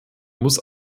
muss